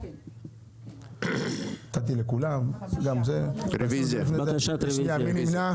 5. מי נמנע?